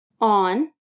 on